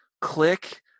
click